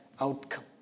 outcome